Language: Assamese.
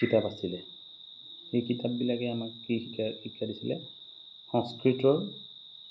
কিতাপ আছিলে সেই কিতাপবিলাকে আমাক কি শিকা শিক্ষা দিছিলে সংস্কৃতৰ